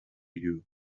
you